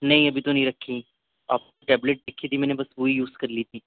نہیں ابھی تو نہیں رکھی آپ ٹیبلیٹ لِکھی تھی میں نے بس وہی یوز کر لی تھی